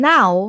Now